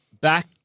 Back